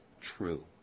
true